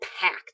packed